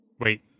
Wait